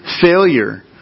failure